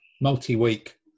multi-week